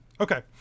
Okay